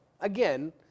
again